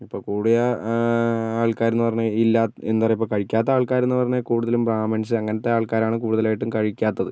ഇപ്പോൾ കൂടിയ ആൾക്കാർ എന്നു പറഞ്ഞാൽ ഇല്ലാത്തത് എന്താ പറയുക ഇപ്പോൾ കഴിക്കാത്ത ആൾക്കാരെന്ന് പറഞ്ഞാൽ കൂടുതലും ബ്രാഹ്മിൻസ് അങ്ങനത്ത ആൾക്കാരാണ് കൂടുതലും കഴിക്കാത്തത്